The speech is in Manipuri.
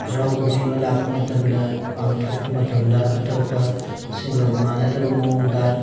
ꯍꯔꯥꯎ ꯀꯨꯝꯍꯩ ꯑꯃ ꯂꯥꯛꯄ ꯃꯇꯝꯗ ꯄꯥꯡꯊꯣꯛꯄ ꯃꯇꯝꯗ ꯑꯇꯣꯞꯄ ꯁꯤꯡꯒ ꯃꯥꯟꯅꯗꯕ ꯃꯋꯣꯡꯗ